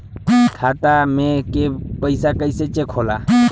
खाता में के पैसा कैसे चेक होला?